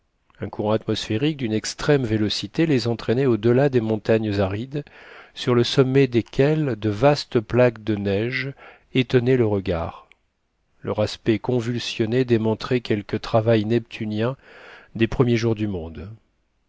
un courant atmosphérique d'une extrême vélocité les entraînait au-delà des montagnes arides sur le sommet desquelles de vastes plaques de neige étonnaient le regard leur aspect convulsionné démontrait quelque travail neptunien des premiers jours du monde